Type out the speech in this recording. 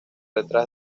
detrás